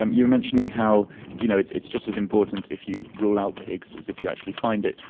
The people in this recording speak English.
um you were mentioning how you know it's it's just as important if you rule out the higgs as if you actually find it.